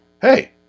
Hey